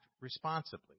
responsibly